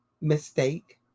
mistake